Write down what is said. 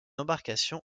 embarcation